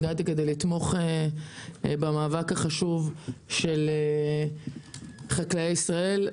הגעתי כדי לתמוך במאבק החשוב של חקלאי ישראל.